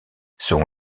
son